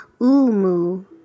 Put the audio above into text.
Umu